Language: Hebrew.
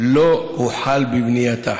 לא הוחל בבנייתה.